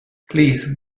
please